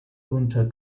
unter